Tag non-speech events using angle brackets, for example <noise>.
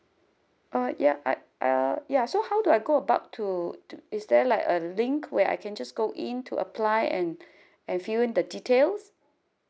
uh ya I uh ya so how do I go about to to is there like a link where I can just go in to apply and <breath> and fill in the details